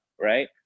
right